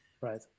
right